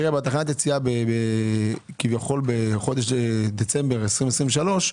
בתחנת יציאה כביכול בדצמבר 23'